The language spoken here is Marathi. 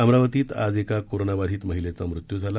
अमरावतीत आज एका कोरोनाबाधित महिलेचा मृत्यू झाला